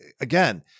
Again